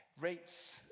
rates